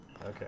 Okay